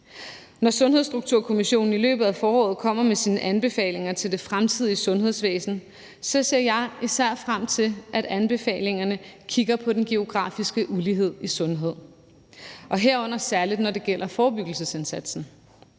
Når Sundhedsstrukturkommissionen i løbet af foråret kommer med sine anbefalinger til det fremtidige sundhedsvæsen, ser jeg især frem til, at anbefalingerne kigger på den geografiske ulighed i sundhed, herunder særlig når det gælder forebyggelsesindsatsen.